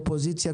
אופוזיציה,